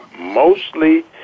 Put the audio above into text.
mostly